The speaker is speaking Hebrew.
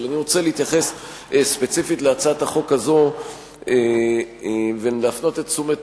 אבל אני רוצה להתייחס ספציפית להצעת החוק הזאת ולהפנות את תשומת